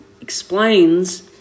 explains